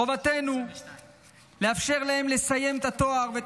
חובתנו לאפשר להם לסיים את התואר ואת